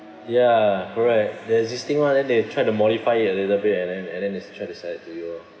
ya correct the existing [one] then they try to modify it a little bit and then and then they try to sell it to you